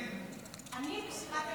מי מסכם?